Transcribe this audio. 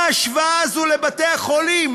מה ההשוואה הזו לבתי-החולים?